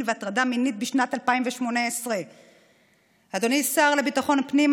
והטרדה מינית בשנת 2018. אדוני השר לביטחון הפנים,